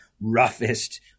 roughest